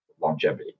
longevity